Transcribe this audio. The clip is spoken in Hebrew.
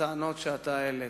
לטענות שאתה העלית,